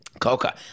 coca